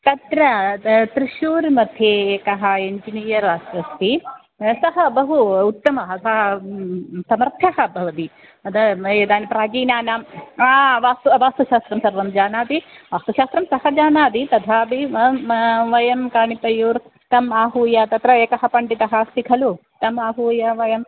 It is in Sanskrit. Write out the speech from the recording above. तत्र त्रिशूर् मध्ये एकः इञ्जिनियर् अस्ति अस्ति सः बहु उत्तमः सः समर्थः भवति एतानि प्राचीनानाम् आं वास्तु वास्तुशास्त्रं सर्वं जानाति वास्तुशास्त्रं सः जानाति तथापि वयं कानितयुर् तम् आहूय तत्र एकः पण्डितः अस्ति खलु तम् आहूय वयं